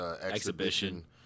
exhibition